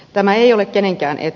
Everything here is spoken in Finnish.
tämä ei ole kenenkään etu